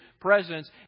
presence